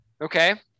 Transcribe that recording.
Okay